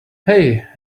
hey